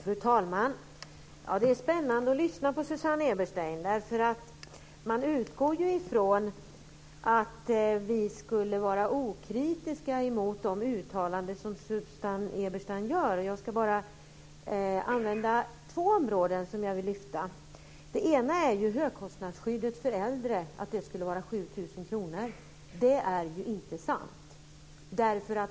Fru talman! Det är spännande att lyssna på Susanne Eberstein. Man utgår ju från att vi skulle vara okritiska mot de uttalanden som Susanne Eberstein gör. Jag ska bara använda två områden som jag vill lyfta fram. Det ena är högkostnadsskyddet för äldre, att det skulle vara 7 000 kronor. Det är ju inte sant.